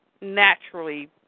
naturally